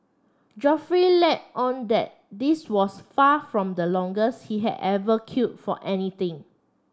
Geoffrey let on that this was far from the longest he had ever for anything